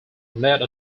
made